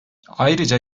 ayrıca